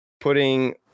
putting